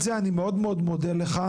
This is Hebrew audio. אני מאוד מודה לך,